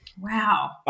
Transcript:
Wow